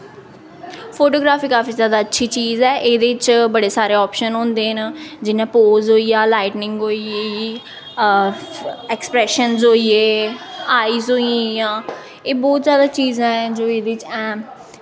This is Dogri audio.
फोटोग्राफी काफी जादा अच्छी चीज़ ऐ एह्दे च बड़े सारे आप्शन होंदे न जियां पोज़ होई गेआ लाईटनिंग होई गेई ऐक्सप्रैशन्स होई गे आईज होई गेइयां एह् बौह्त सारी चीजां ऐ जो एह्दे च हैं